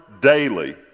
daily